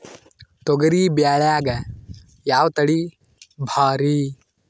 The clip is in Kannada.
ತೊಗರಿ ಬ್ಯಾಳ್ಯಾಗ ಯಾವ ತಳಿ ಭಾರಿ?